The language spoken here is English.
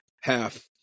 half